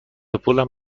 پولم